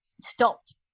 stopped